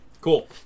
Cool